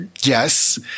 yes